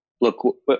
look